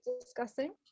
discussing